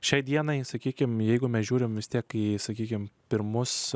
šiai dienai sakykime jeigu mes žiūrime vis tiek į sakykime pirmus